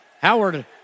Howard